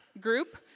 group